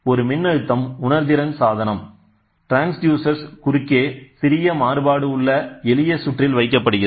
ஒரு மின்னழுத்தம் உணர்திறன் சாதனம்ட்ரான்ஸ்டியூசர் குறுக்கே சிறிய மாறுபாடு உள்ள எளிய சுற்றில் வைக்கப்படுகிறது